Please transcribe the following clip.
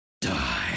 Die